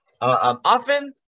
Often